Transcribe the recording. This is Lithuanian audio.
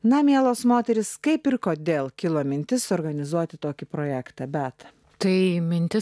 na mielos moterys kaip ir kodėl kilo mintis suorganizuoti tokį projektą bet tai mintis